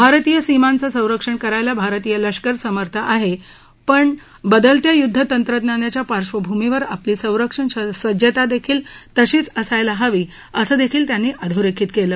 भारतीय सिमांचं संरक्षण करण्यास भारतीय लष्कर सक्षम आहे पण बदलत्या युध्द तंत्रज्ञानाच्या पार्श्वभूमीवर आपली संरक्षण सज्जता देखील तशीच असायला हवी असं देखील त्यांनी अधोरेखित केलं